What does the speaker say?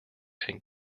and